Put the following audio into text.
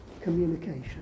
communication